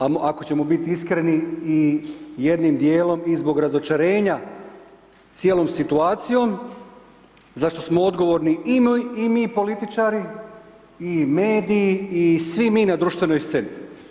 A ako ćemo biti iskreni i jednim dijelom i zbog razočarenja cijelom situacijom zašto smo odgovorni i mi političari i mediji i svi mi na društvenoj sceni.